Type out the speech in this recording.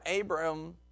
Abram